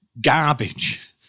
garbage